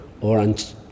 orange